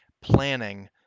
planning